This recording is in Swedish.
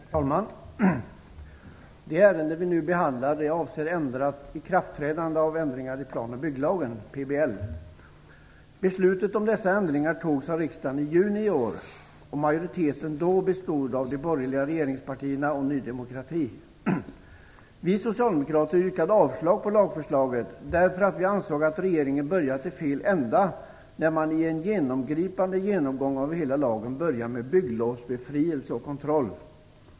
Herr talman! Det ärende vi nu behandlar avser ändrat ikraftträdande av ändringar i plan och bygglagen, PBL. Beslutet om dessa ändringar fattades av riksdagen i juni i år. Majoriteten bestod då av de borgerliga regeringspartierna och Ny demokrati. Vi socialdemokrater yrkade avslag på lagförslaget därför att vi ansåg att regeringen börjat i fel ände, när man i en genomgripande genomgång av hela lagen börjar med bygglovsbefrielse och kontroll.